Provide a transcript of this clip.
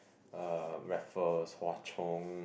uh Raffles Hwa-Chong